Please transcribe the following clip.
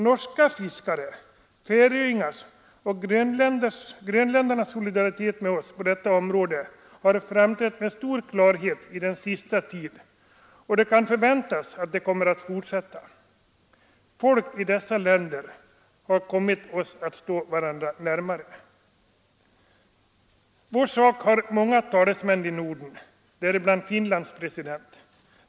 Norska fiskares, färöingars och grönländares solidaritet med oss på detta område har framträtt med stor klarhet just under den senaste tiden, och det kan förväntas att detta kommer att fortsätta. Folk i dessa länder har liksom kommit att stå varandra närmare. Vår sak har många talesmän i Norden, däribland Finlands president.